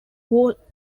war